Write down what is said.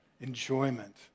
enjoyment